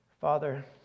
Father